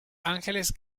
angeles